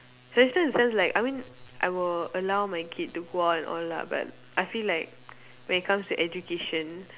to a certain extent like I mean I will allow my kid to go out and all lah but I feel like when it comes to education